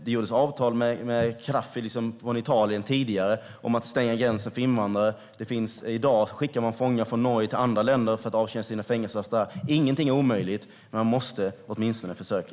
Det slöts avtal mellan Gaddafi och Italien tidigare om att stänga gränsen för invandrare, och i dag skickar man fångar från Norge till andra länder för att de ska avtjäna sina fängelsestraff där. Ingenting är omöjligt, och man måste åtminstone försöka.